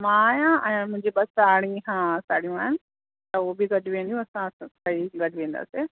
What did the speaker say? मां आहियां ऐं मुंहिंजी ॿ साहेड़ी हा साहेड़ियूं आहिनि त हो बि गॾु वेंदियूं असां सभईं गॾु वेंदासीं